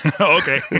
Okay